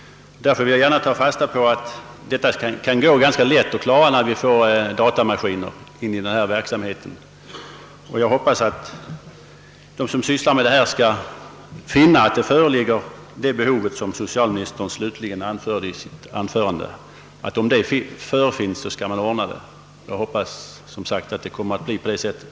Därför vill jag gärna ta fasta på att detta lätt skall kunna ordnas när vi får datamaskiner i denna verksamhet. Jag hoppas att de som sysslar härmed skall finna att det föreligger ett sådant behov som socialministern nämner i slutet av svaret.